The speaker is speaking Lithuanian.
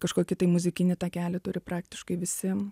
kažkokį tai muzikinį takelį turi praktiškai visi